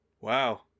Wow